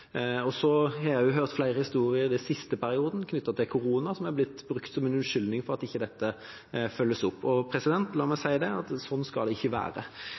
Så har jeg også hørt flere historier den siste perioden knyttet til korona, som er blitt brukt som en unnskyldning for at ikke dette følges opp. La meg si at slik skal det ikke være.